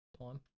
time